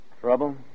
Trouble